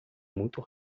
muito